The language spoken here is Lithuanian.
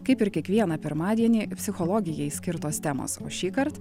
kaip ir kiekvieną pirmadienį psichologijai skirtos temos o šįkart